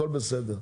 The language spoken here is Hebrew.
הכול בסדר,